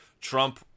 Trump